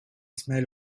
smell